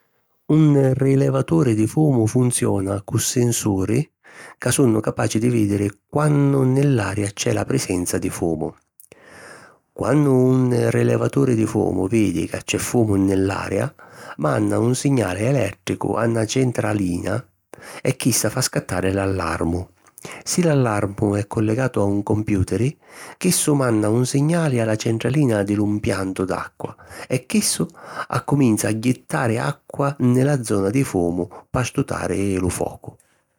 Un rilevaturi di fumu funziona cu sensuri ca sunnu capaci di vìdiri quannu nni l’aria c’è la prisenza di fumu. Quannu un rilevaturi di fumu vidi ca c’è fumu nni l’aria, manna un signali elèttricu a na centralina e chissa fa scattari l’allarmu. Si l’allarmu è collegatu a un compiuteri, chissu manna un signali a la centralina di lu 'mpiantu d'acqua e chissu accuminza a jittari acqua nni la zona di fumu p'astutari lu focu.